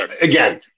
Again